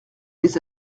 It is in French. les